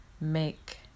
make